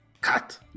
Cut